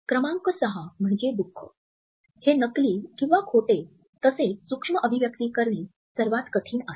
क्रमांक ६ म्हणजे दुःख हे नकली किंवा खोटे तसेच सूक्ष्म अभिव्यक्ती करणे सर्वात कठीण आहे